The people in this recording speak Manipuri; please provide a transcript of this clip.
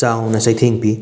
ꯆꯥꯎꯅ ꯆꯩꯊꯦꯡ ꯄꯤ